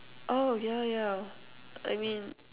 oh yeah yeah I mean